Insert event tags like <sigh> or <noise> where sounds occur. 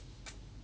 <noise>